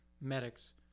medics